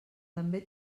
també